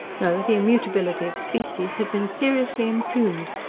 no, the immutability of species had been seriously impugned,